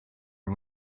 and